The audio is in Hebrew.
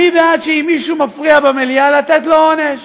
אני בעד, אם מישהו מפריע במליאה, לתת לו עונש.